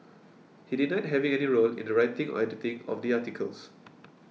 he denied having any role in the writing or editing of the articles